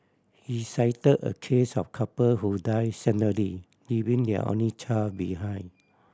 he cite a case of a couple who died suddenly leaving their only child behind